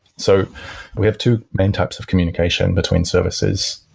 so we have two main types of communication between services,